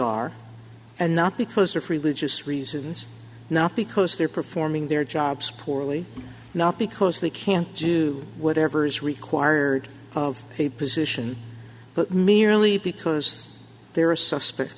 are and not because of religious reasons not because they're performing their jobs poorly not because they can't do whatever is required of a position but merely because they're a suspect